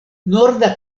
norda